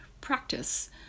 practice